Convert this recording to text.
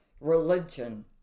religion